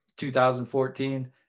2014